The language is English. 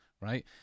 right